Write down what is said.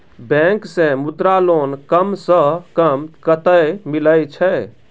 Bank से Mudra loan कम सऽ कम कतैय मिलैय छै?